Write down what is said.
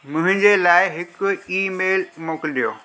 मुंहिंजे लाइ हिकु ई मेल मोकिलियो